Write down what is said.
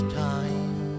time